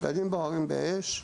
הבגדים בוערים באש.